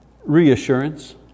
reassurance